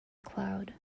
cloud